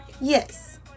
Yes